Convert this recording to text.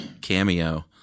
cameo